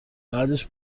بعدش